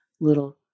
little